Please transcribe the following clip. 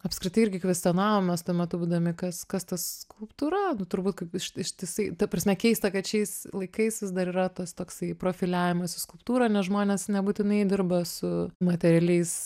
apskritai irgi kvestionavom mes tuo metu būdami kas kas ta skulptūra nu turbūt kaip iš ištisai ta prasme keista kad šiais laikais vis dar yra tas toksai profiliavimas į skulptūrą nes žmonės nebūtinai dirba su materialiais